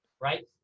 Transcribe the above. right